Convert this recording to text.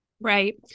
Right